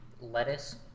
lettuce